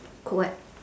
cook what